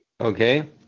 Okay